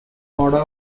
order